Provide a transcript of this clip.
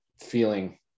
feeling